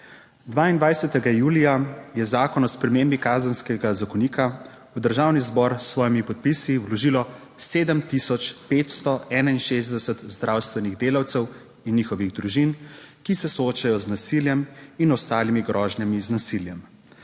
22. julija je Zakon o spremembi Kazenskega zakonika v državni zbor s svojimi podpisi vložilo 7 tisoč 561 zdravstvenih delavcev in njihovih družin, ki se soočajo z nasiljem in ostalimi grožnjami z nasiljem.